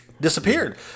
disappeared